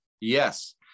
Yes